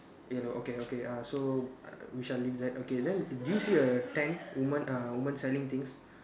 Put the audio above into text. yellow okay okay err so we shall leave that okay then do you see a tent woman err woman selling things